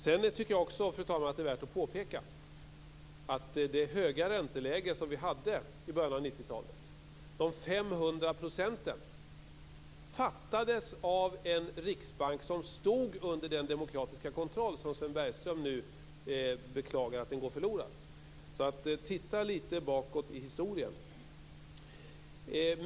Jag tycker också, fru talman, att det är värt att påpeka att beslutet om det höga ränteläge som vi fick i början av 90-talet, de 500 procenten, fattades av en riksbank som stod under den demokratiska kontroll som Sven Bergström nu beklagar skall gå förlorad. Titta alltså lite bakåt i historien!